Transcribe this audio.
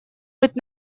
быть